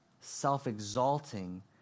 self-exalting